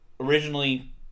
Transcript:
Originally